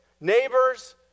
neighbors